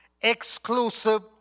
exclusive